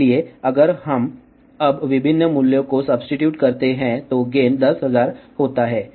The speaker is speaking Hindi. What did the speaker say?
इसलिए अगर हम अब विभिन्न मूल्यों को सब्सीट्यूट करते हैं तो गेन 10000 होता है